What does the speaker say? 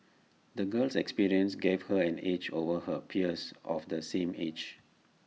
the girl's experiences gave her an edge over her peers of the same age